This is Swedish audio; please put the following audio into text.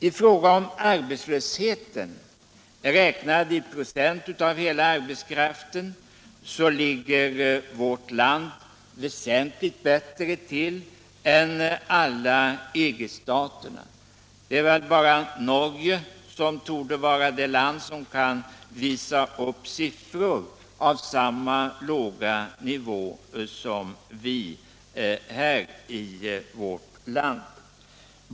I fråga om arbetslösheten, räknad i procent av hela arbetskraften, ligger Sverige väsentligt bättre till än alla EG-staterna. Bara Norge torde kunna visa upp lika låga siffror som vårt land.